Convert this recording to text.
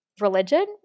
religion